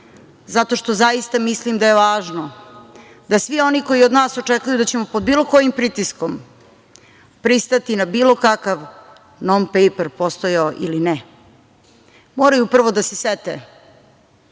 Zato što zaista mislim da je važno da svi oni koji od nas očekuju da ćemo pod bilo kojim pritiskom pristati na bilo kakav "non-pejper", postojao ili ne, moraju prvo da se sete